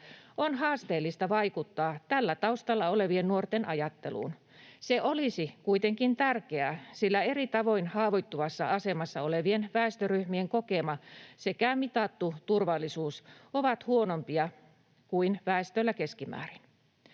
on haasteellista vaikuttaa tällä taustalla olevien nuorten ajatteluun. Se olisi kuitenkin tärkeää, sillä eri tavoin haavoittuvassa asemassa olevien väestöryhmien kokema sekä mitattu turvallisuus ovat huonompia kuin väestöllä keskimäärin.